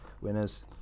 winners